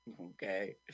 Okay